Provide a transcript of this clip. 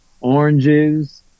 oranges